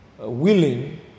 willing